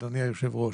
אדוני היושב ראש,